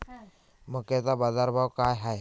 मक्याचा बाजारभाव काय हाय?